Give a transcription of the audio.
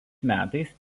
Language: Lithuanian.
metais